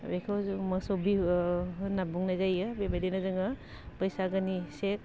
बेखौ जों मोसौ बिहु होनना बुंनाय जायो बेबायदिनो जोङो बैसागोनि से